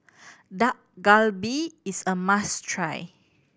Dak Galbi is a must try